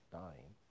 dying